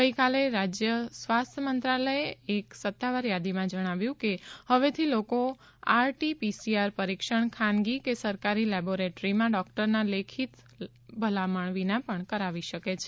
ગઇકાલે રાજ્ય સ્વાસ્થ્ય મંત્રાલયે એક સત્તાવાર યાદીમાં જણાવ્યું કે હવેથી લોકો આરટી પીસીઆર પરિક્ષણ ખાનગી કે સરકારી લેબોરેટરીમાં ડોક્ટરના લેખિત ભલામણ વિના પણ કરાવી શકે છે